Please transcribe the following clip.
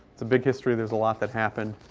it's a big history. there's a lot that happened.